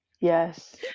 Yes